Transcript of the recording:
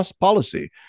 policy